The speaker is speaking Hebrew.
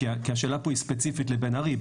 כי השאלה פה היא ספציפית לבן ארי,